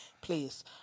please